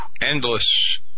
endless